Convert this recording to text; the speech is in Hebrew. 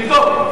תבדוק.